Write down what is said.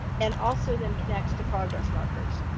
and also then connects to progress markers.